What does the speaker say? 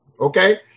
Okay